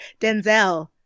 Denzel